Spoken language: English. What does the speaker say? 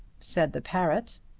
said the parrot.